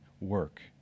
work